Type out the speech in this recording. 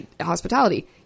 hospitality